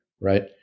right